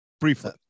Briefly